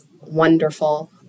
wonderful